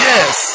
Yes